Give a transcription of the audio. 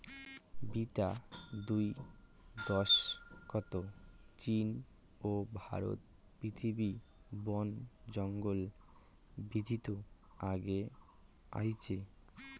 বিতা দুই দশকত চীন ও ভারত পৃথিবীত বনজঙ্গল বিদ্ধিত আগে আইচে